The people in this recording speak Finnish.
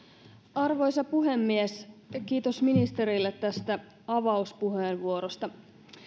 arvoisa puhemies kiitos ministerille tästä avauspuheenvuorosta